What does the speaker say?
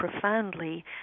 profoundly